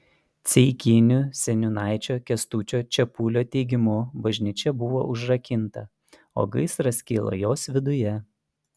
ceikinių seniūnaičio kęstučio čepulio teigimu bažnyčia buvo užrakinta o gaisras kilo jos viduje